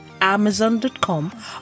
amazon.com